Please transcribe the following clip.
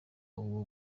uwo